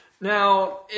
Now